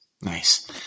Nice